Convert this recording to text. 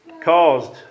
caused